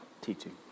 teaching